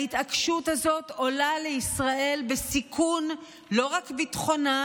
ההתעקשות הזאת עולה לישראל בסיכון לא רק של ביטחונה,